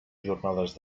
jornades